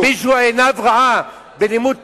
אם מישהו, עינו רעה בלימוד תורה,